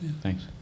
Thanks